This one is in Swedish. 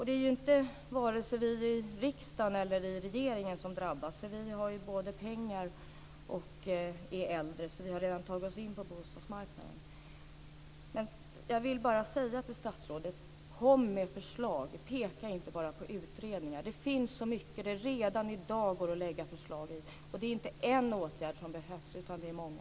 Det är inte vi i vare sig regeringen eller riksdagen som drabbas. Vi har ju både pengar och är äldre, så vi har redan tagit oss in på bostadsmarknaden. Jag vill bara säga till statsrådet: Kom med förslag! Peka inte bara på utredningar! Det finns så mycket redan i dag som det går att lägga fram förslag om. Och det är inte en åtgärd som behövs utan det är många.